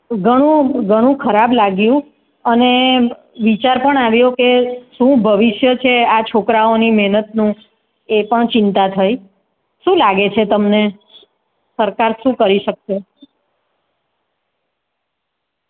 ઘણું ઘણું ખરાબ લાગ્યું અને વિચાર પણ આવ્યો કે કે શું ભવિષ્ય છે આ છોકરાઓની મહેનતનું એ પણ ચિંતા થઈ શું લાગે છે તમને સરકાર શું કરી શકશે